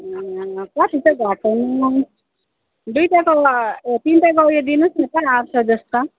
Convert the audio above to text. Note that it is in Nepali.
कति चाहिँ घटाउनु दुइटाको ए तिनटाको उयो दिनुहोस् न त आठ सय जस्तो